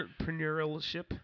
entrepreneurship